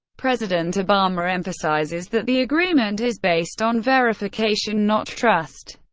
president obama emphasizes that the agreement is based on verification not trust.